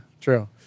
True